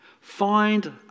find